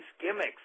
gimmicks